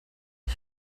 ich